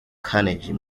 carnegie